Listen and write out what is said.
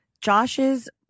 Josh's